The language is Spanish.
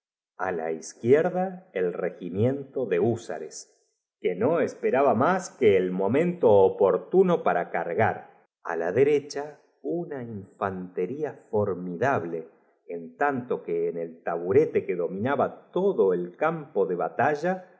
á la izquierda el regimiento de húsamás esfuerzos que hacían no podlan salir res que no esperaba más que el momento por fin los granaderos peor encerrados oportuno para cargar á la derecha una que los dem í s consiguieron levantar la infantería formidable en tanto ql e en el tapa de su caja y ayudaron á los cazado taburete que dominaba todo e l campo de batalla